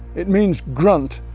it means grunt,